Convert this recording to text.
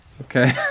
Okay